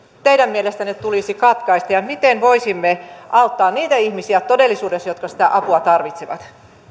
teidän mielestänne tulisi katkaista ja miten voisimme todellisuudessa auttaa niitä ihmisiä jotka sitä apua tarvitsevat